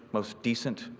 most descent,